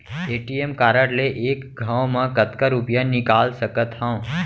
ATM card ले एक घव म कतका रुपिया निकाल सकथव?